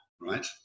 right